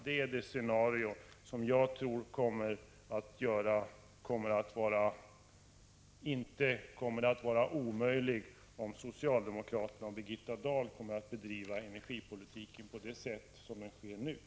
Om socialdemokratin och Birgitta Dahl fortsätter att bedriva energipolitiken på det sätt som nu sker är det inte omöjligt att detta scenario blir verklighet.